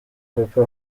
papa